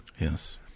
Yes